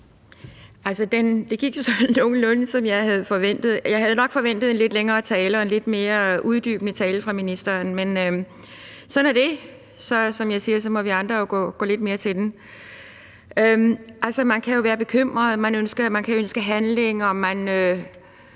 det gik jo sådan nogenlunde, som jeg havde forventet. Jeg havde nok forventet en lidt længere og en lidt mere uddybende tale fra ministeren, men sådan er det. Så må vi andre jo, som jeg siger, gå lidt mere til den. Man kan jo være bekymret, man kan ønske handling,